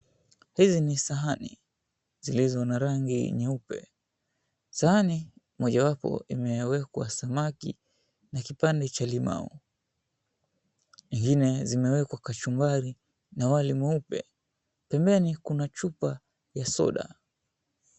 Hizi ni sahani zilizo na rangi nyeupe. Sahani moja wapo imewekwa samaki na kipande cha limau. Ingine zimewekwa kachumbari na wali mweupe. Pembeni kuna chupa ya soda.